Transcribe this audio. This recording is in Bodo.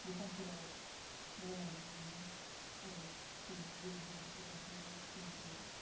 दखानफोराव बायनानै मोनो आरो जेनेबा जेरैहाय रेडबुल स्टिंफोर